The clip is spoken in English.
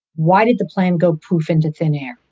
why did the plane go poof into thin air?